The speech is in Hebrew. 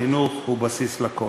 החינוך הוא בסיס לכול.